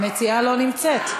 המציעה לא נמצאת.